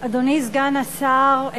אדוני סגן השר,